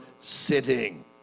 sitting